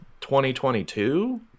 2022